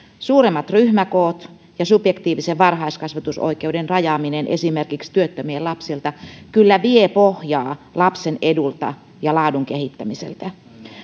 suuremmat ryhmäkoot ja subjektiivisen varhaiskasvatusoikeuden rajaaminen esimerkiksi työttömien lapsilta kyllä vievät pohjaa lapsen edulta ja laadun kehittämiseltä